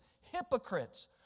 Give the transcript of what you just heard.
hypocrites